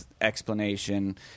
explanation